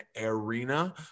arena